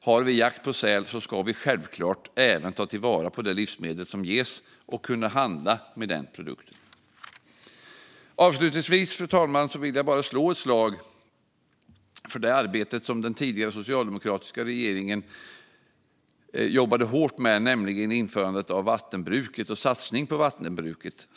Har vi jakt på säl ska vi självklart även ta till vara det livsmedel som ges och kunna handla med den produkten. Avslutningsvis, fru talman, vill jag slå ett slag för det arbete som den tidigare socialdemokratiska regeringen jobbade hårt med. Det gäller införandet av vattenbruket och satsningen på vattenbruket.